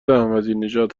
احمدینژاد